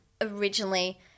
originally